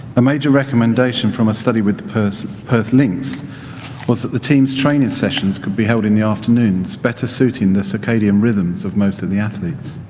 a major recommendation from a study with the perth perth lynx was that the team's training sessions could be held in the afternoons better suiting their circadian rhythms of most of the athletes.